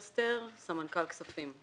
סמנכ"ל כספים.